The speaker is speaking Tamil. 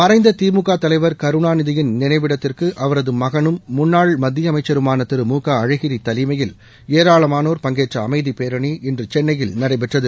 மறைந்த திமுக தலைவர் கருணாநிதியின் நினைவிடத்துக்கு அவரது மகனும் முன்னாள் மத்திய அமைச்சருமான திரு மு க அழகிரி தலைமையில் ஏராளமானோர் பங்கேற்ற அமைதி பேரணி இன்று சென்னையில் நடைபெற்றது